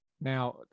Now